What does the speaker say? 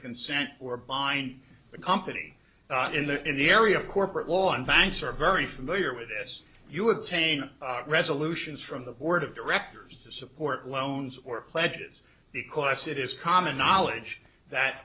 consent or bind the company in the in the area of corporate law and banks are very familiar with this you would change resolutions from the board of directors to support loans or pledges because it is common knowledge that